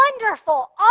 wonderful